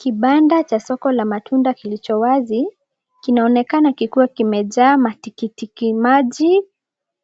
Kibanda cha soko la matunda kilicho wazi kinaonekana kikiwa kimejaa matikiti maji